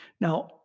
Now